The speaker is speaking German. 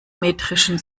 metrischen